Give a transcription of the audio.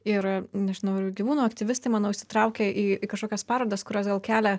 ir nežinau ir gyvūnų aktyvistai manau įsitraukia į kažkokias parodas kurios gal kelia